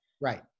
Right